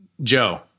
Joe